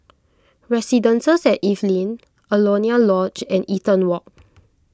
Residences at Evelyn Alaunia Lodge and Eaton Walk